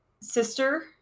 sister